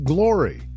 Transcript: Glory